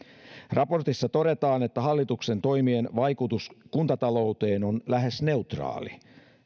raportissa todetaan että hallituksen toimien vaikutus kuntatalouteen on lähes neutraali